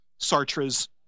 Sartre's